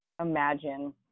imagine